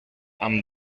amb